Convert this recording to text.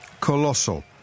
Colossal